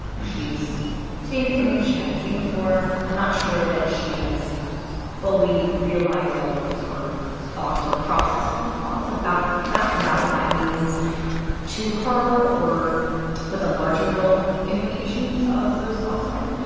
she's seeing things she hadn't seen before. i'm not sure that she has fully realized all of her thoughts or processed all her thoughts about that and about what that means to her or what the larger-world implications of those thoughts are.